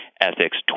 Ethics